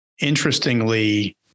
Interestingly